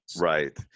Right